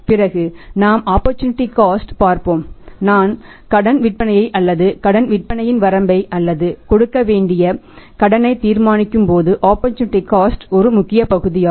பிறகு நாம் opportunity cost ஒரு முக்கியபகுதியாகும்